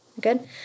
Good